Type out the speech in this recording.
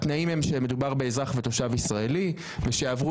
לפי התנאים מדובר באזרח ותושב ישראלי ושעברו